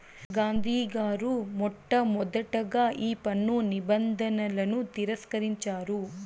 గాంధీ గారు మొట్టమొదటగా ఈ పన్ను నిబంధనలను తిరస్కరించారు